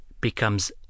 becomes